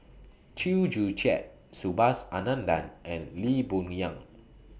Chew Joo Chiat Subhas Anandan and Lee Boon Yang